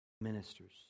ministers